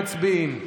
מצביעים.